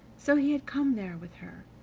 so he had come there with her,